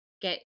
Get